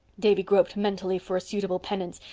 davy groped mentally for a suitable penance.